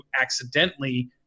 accidentally